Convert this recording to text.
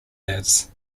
ads